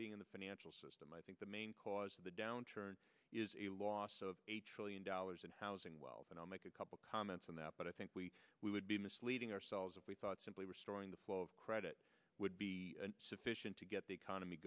being in the financial system i think the main cause of the downturn is a loss of a trillion dollars in housing wealth and i'll make a couple comments on that but i think we we would be misleading ourselves if we thought simply restoring the flow of credit would be sufficient to get the economy